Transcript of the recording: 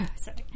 sorry